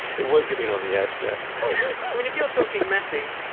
it was getting on the edge there but if you're talking messy,